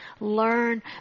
learn